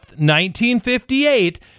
1958